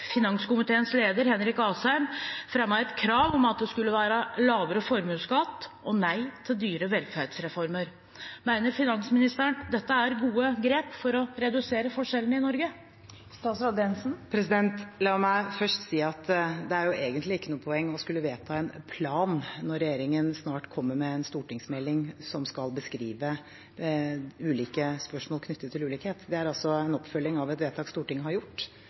finanskomiteens leder, Henrik Asheim, et krav om at det skulle være lavere formuesskatt og nei til dyre velferdsreformer. Mener finansministeren dette er gode grep for å redusere forskjellene i Norge? La meg først si at det egentlig ikke er noe poeng å skulle vedta en plan når regjeringen snart kommer med en stortingsmelding som skal beskrive ulike spørsmål knyttet til ulikhet. Det er altså en oppfølging av et vedtak Stortinget har gjort.